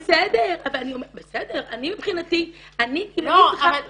בסדר, אני מבחינתי -- לא, אבל תראי,